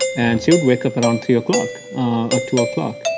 and she would wake up around three o'clock or two o'clock.